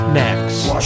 next